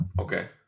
Okay